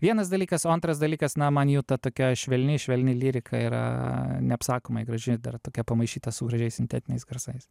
vienas dalykas o antras dalykas na man jau tokia švelni švelni lyrika yra neapsakomai graži dar tokia pamaišyta su gražiais sintetiniais garsais